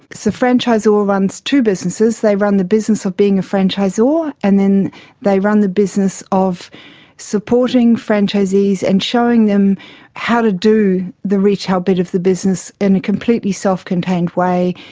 so the franchisor runs two businesses, they run the business of being a franchisor and they run the business of supporting franchisees and showing them how to do the retail bit of the business in a completely self-contained way,